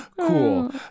cool